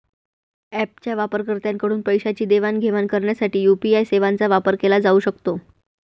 ऍपच्या वापरकर्त्यांकडून पैशांची देवाणघेवाण करण्यासाठी यू.पी.आय सेवांचा वापर केला जाऊ शकतो